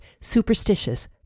superstitious